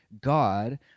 God